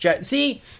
See